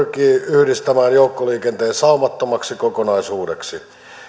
pyrkii yhdistämään joukkoliikenteen saumattomaksi kokonaisuudeksi